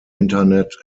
internet